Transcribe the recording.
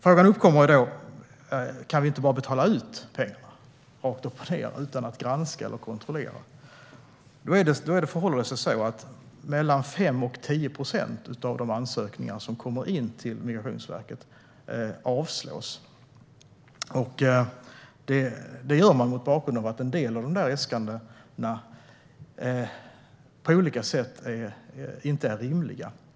Frågan uppkommer då om vi inte bara kan betala ut pengarna rakt upp och ned, utan att granska eller kontrollera. Det förhåller sig dock så att mellan 5 och 10 procent av de ansökningar som kommer in till Migrationsverket avslås, och det görs mot bakgrund av att en del av dessa äskanden på olika sätt inte är rimliga.